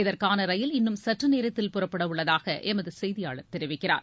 இதற்கான ரயில் இன்னும் சற்று நேரத்தில் புறப்படவுள்ளதாக எமது செய்தியாளர் தெரிவிக்கிறார்